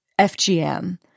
FGM